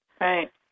Right